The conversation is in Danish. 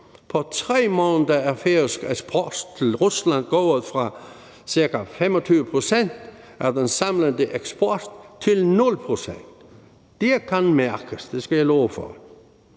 På 3 måneder er færøsk eksport til Rusland gået fra ca. 25 pct. af den samlede eksport til 0 pct. Det kan mærkes – det skal jeg love for.